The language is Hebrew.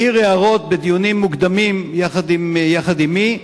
העיר הערות בדיונים מוקדמים יחד עמי,